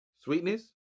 Sweetness